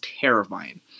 terrifying